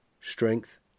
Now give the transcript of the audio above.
Strength